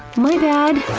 my bad!